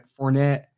Fournette